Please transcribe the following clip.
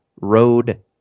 road